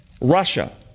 Russia